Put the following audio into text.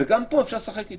וגם פה אפשר לשחק איתה.